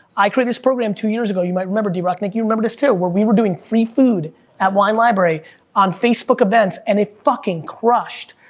i created this program two years ago, you might remember drock, think you remember this too, where we were doing free food at wine library on facebook events and it fucking crushed.